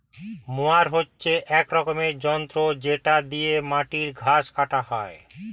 mower হচ্ছে এক রকমের যন্ত্র যেটা দিয়ে মাটির ঘাস কাটা হয়